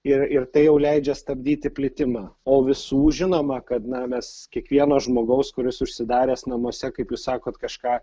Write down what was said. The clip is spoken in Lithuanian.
ir ir tai jau leidžia stabdyti plitimą o visų žinoma kad na mes kiekvieno žmogaus kuris užsidaręs namuose kaip jūs sakot kažką